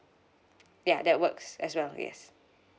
ya that works as well yes